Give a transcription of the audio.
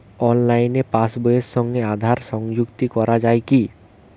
অনলাইনে পাশ বইয়ের সঙ্গে আধার সংযুক্তি করা যায় কি?